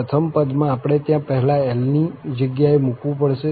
પ્રથમ પદમાં આપણે ત્યાં પહેલા l ની જગ્યાએ મુકવું પડશે